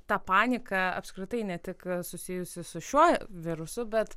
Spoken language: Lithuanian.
ta panika apskritai ne tik susijusi su šiuo virusu bet